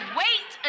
wait